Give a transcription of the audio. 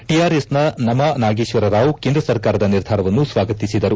ಟಿಆರ್ಎಸ್ನ ನಮಾ ನಾಗೇಶ್ವರರಾವ್ ಕೇಂದ್ರ ಸರ್ಕಾರದ ನಿರ್ಧಾರವನ್ನು ಸ್ವಾಗತಿಸಿದರು